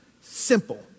simple